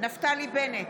נפתלי בנט,